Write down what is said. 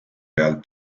peal